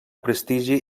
prestigi